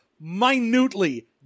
minutely